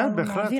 כן, בהחלט.